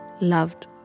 loved